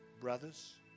brothers